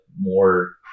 more